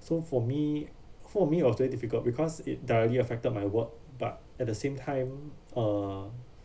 so for me for me it was very difficult because it directly affected my work but at the same time uh